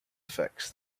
affects